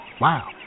Wow